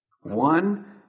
One